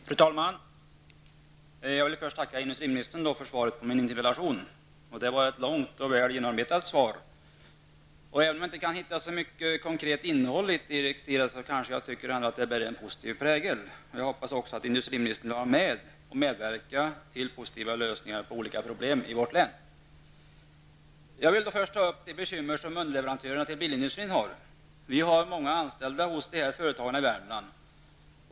Fru talman! Jag vill först tacka industriministern för svaret på min interpellation. Det var ett långt och väl genomarbetat svar. Även om jag inte kan hitta så mycket konkret innehåll i svaret, tycker jag ändå att det bär en positiv prägel. Jag hoppas också att industriministern vill medverka till positiva lösningar på olika problem i vårt län. Jag vill först ta upp de bekymmer som underleverantörerna till bilindustrin har. Många är anställda hos dessa företag i Värmland.